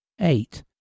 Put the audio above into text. eight